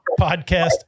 Podcast